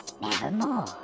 Nevermore